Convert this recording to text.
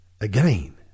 again